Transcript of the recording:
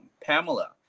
Pamela